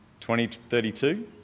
2032